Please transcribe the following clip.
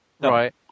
right